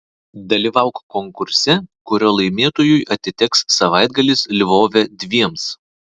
dalyvauk konkurse kurio laimėtojui atiteks savaitgalis lvove dviems